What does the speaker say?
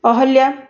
Ahalya